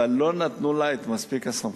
אבל לא נתנו לה מספיק סמכויות.